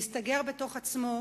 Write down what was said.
להסתגר בתוך עצמו,